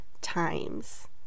times